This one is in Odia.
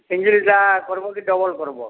ସିଙ୍ଗଲ୍ଟା କର୍ବ କି ଡବଲ୍ କର୍ବ